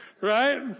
right